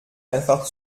einfach